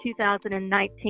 2019